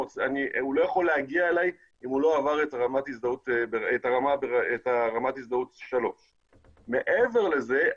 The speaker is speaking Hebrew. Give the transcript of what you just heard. הוא לא יכול להגיע אלי אם הוא לא עבר את רמת הזדהות 3. מעבר לזה,